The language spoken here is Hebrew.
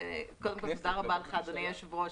קודם כל תודה רבה לך אדוני היושב-ראש,